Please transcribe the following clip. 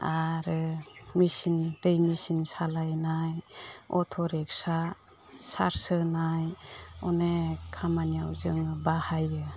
आरो मेचिन दै मेचिन सालायनाय अट' रिक्सा चार्स होनाय अनेख खामानियाव जों बाहायो